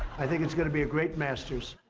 i think it's going to be a great masters.